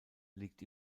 liegt